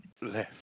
left